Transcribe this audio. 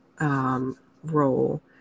role